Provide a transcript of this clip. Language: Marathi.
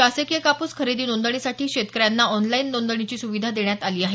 शासकीय कापूस खरेदी नोंदणीसाठी शेतकऱ्यांना ऑनलाईन नोंदणीची सुविधा देण्यात आली आहे